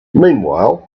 meanwhile